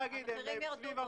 ירדו לסביבות